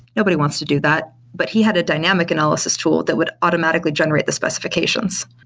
nobody wants to do that, but he had a dynamic analysis tool that would automatically generate the specifications.